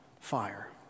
fire